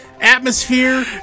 atmosphere